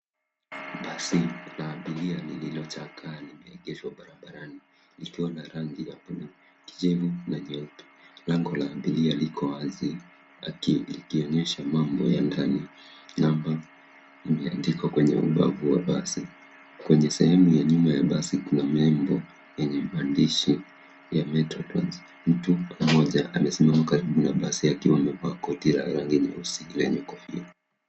Basi la abiria lililochakaa limeegeshwa barabarani likiwa na rangi ya buluu, kijivu na nyeupe. Lango la abiria liko wazi ikionyesha mambo ya ndani. Namba limeandikwa kwenye ubavu wa basi. Kwenye sehemu ya nyuma ya basi una nembo yenye maandishi ya metro trans. Mtu mmoja amesimama karibu na basi akiwa amevaa koti la rangi nyeusi lenye kofia.